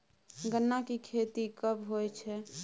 गन्ना की खेती कब होय छै?